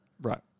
Right